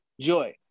Joy